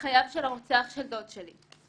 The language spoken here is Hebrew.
וחייו של הרוצח של דוד שלי,